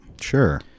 Sure